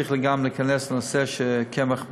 צריך גם להיכנס לנושא של קמח מלא,